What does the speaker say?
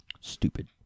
Stupid